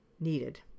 needed